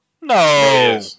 No